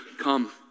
come